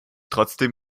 trotzdem